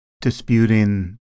disputing